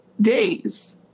days